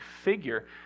figure